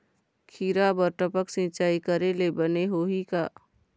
खिरा बर टपक सिचाई करे ले बने होही का?